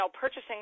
purchasing